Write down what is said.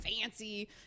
fancy